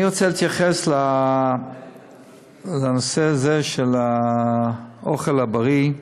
אני רוצה להתייחס לנושא הזה, של האוכל הבריא.